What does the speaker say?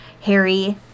harry